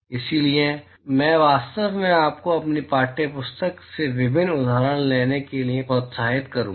इसलिए मैं वास्तव में आपको अपनी पाठ्यपुस्तक से विभिन्न उदाहरण लेने के लिए प्रोत्साहित करता हूं